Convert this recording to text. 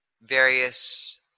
Various